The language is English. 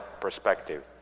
perspective